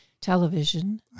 television